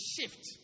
shift